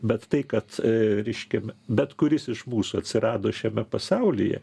bet tai kad reiškia bet kuris iš mūsų atsirado šiame pasaulyje